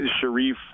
sharif